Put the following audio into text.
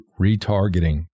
retargeting